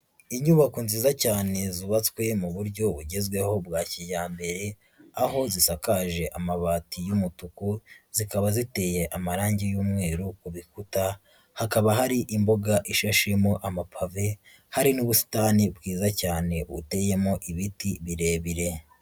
Inyubako nziza cyane zubatswe mu buryo bugezweho bwa kijyambere, aho zisakaje amabati y'umutuku, zikaba ziteye amarangi y'umweru ku bikuta, hakaba hari imbuga ishashemo amapave, hari n'ubusitani bwiza cyane buteyemo ibiti birebire.